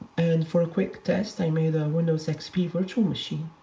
and for a quick test i made a windows xp virtual machine,